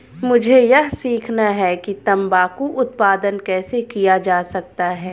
मुझे यह सीखना है कि तंबाकू उत्पादन कैसे किया जा सकता है?